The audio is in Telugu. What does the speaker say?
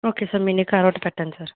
ఓకే సార్ మినీ కారొటి పెట్టండి సార్